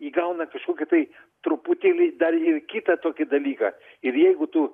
įgauna kažkokį tai truputėlį dar ir kitą tokį dalyką ir jeigu tu